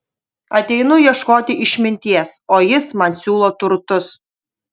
ateinu ieškoti išminties o jis man siūlo turtus